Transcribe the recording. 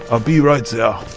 ah be right there